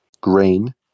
grain